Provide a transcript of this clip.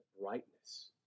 brightness